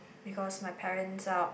because my parents are